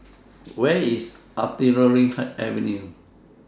Where IS Artillery Avenue